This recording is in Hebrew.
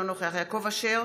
אינו נוכח יעקב אשר,